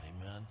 Amen